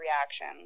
reaction